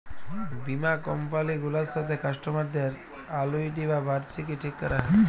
বীমা কমপালি গুলার সাথে কাস্টমারদের আলুইটি বা বার্ষিকী ঠিক ক্যরা হ্যয়